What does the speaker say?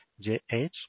jh